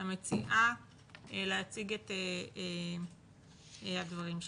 המציעה להציג את הדברים שלה.